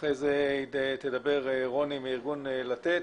אחר כך תדבר רוני מארגון לתת.